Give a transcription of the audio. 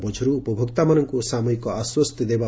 ବୋଝରୁ ଉପଭୋକ୍ତାଙ୍କୁ ସାମୟିକ ଆଶ୍ୱସ୍ତି ଦେବ